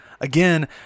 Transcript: Again